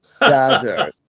Gather